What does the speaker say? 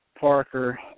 Parker